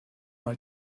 mal